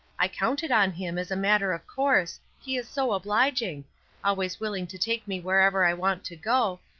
i counted on him as a matter of course, he is so obliging always willing to take me wherever i want to go,